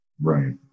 Right